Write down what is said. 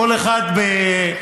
כל אחד בחוכמתו,